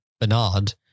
bernard